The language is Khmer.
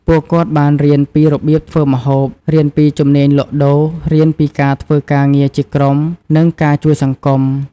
ពួកគាត់បានរៀនពីរបៀបធ្វើម្ហូប រៀនពីជំនាញលក់ដូរ រៀនពីការធ្វើការងារជាក្រុម និងការជួយសង្គម។